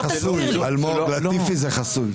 אלמוג, לטיפי זה חסוי.